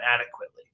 adequately